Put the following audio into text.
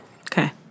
Okay